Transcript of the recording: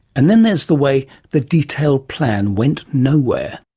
and then there's the way the detailed plan went nowhere.